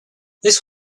this